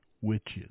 witches